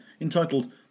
entitled